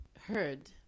heard